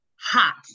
Hot